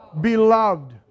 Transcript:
beloved